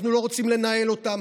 אנחנו לא רוצים לנהל אותם,